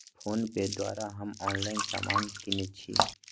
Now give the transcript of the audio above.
PhonePe द्वारा हम online समान किनइ छी